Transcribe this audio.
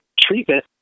treatment